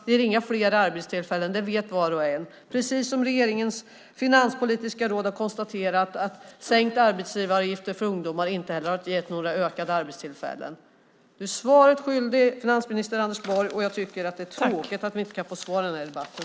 Det blir inga fler arbetstillfällen - det vet var och en - precis som regeringens finanspolitiska råd har konstaterat att sänkta arbetsgivaravgifter för ungdomar inte heller har gett ett ökat antal arbetstillfällen. Du är svaret skyldig, finansminister Anders Borg. Jag tycker att det är tråkigt att vi inte kan få svar i den här debatten.